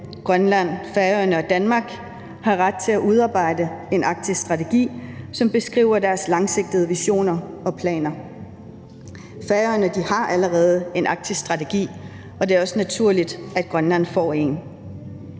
Grønland, Færøerne og Danmark, har ret til at udarbejde en arktisk strategi, som beskriver deres langsigtede visioner og planer. Færøerne har allerede en arktisk strategi, og det er også naturligt, at Grønland får en.